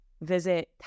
Visit